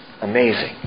Amazing